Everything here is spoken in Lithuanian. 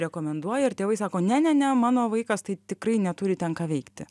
rekomenduoja ir tėvai sako ne ne ne mano vaikas tai tikrai neturi ten ką veikti